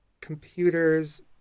computer's